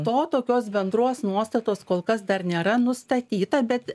be to tokios bendros nuostatos kol kas dar nėra nustatyta bet